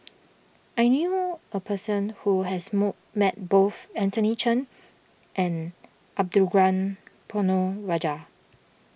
I knew a person who has mold met both Anthony then and Arumugam Ponnu Rajah